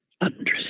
understand